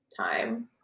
time